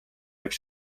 üks